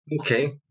okay